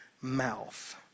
mouth